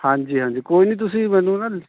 ਹਾਂਜੀ ਹਾਂਜੀ ਕੋਈ ਨੀ ਤੁਸੀਂ ਮੈਨੂੰ ਨਾ